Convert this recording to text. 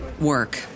work